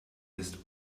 ist